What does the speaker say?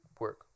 work